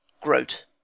Grote